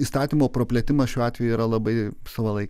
įstatymo praplėtimas šiuo atveju yra labai savalaikis